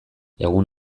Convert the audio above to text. egun